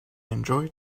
enjoyed